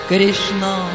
Krishna